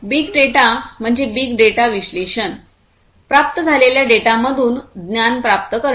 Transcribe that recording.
big data म्हणजे big data विश्लेषण प्राप्त झालेल्या डेटामधून ज्ञान प्राप्त करणे